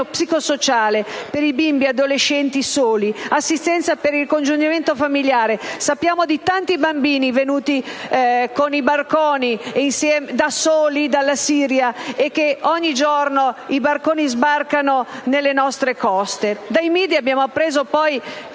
psicosociale per i bimbi e gli adolescenti soli e assistenza per il ricongiungimento familiare. Sappiamo di tanti bambini soli provenienti dalla Siria che ogni giorno i banconi sbarcano sulle nostre coste. Dai *media* abbiamo appreso, poi,